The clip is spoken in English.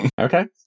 okay